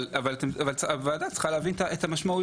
אבל הוועדה צריכה להבין את המשמעויות.